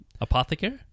Apothecary